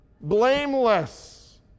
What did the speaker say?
blameless